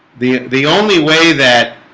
the the only way that